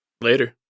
Later